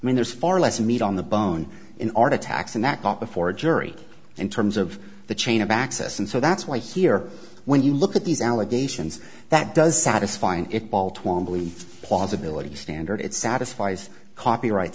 i mean there's far less meat on the bone in art attacks and that bought before a jury in terms of the chain of access and so that's why here when you look at these allegations that does satisfying it ball twamley plausibility standard it satisfies copyright